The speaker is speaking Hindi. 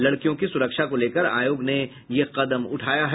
लड़कियों की सुरक्षा को लेकर आयोग ने यह कदम उठाया है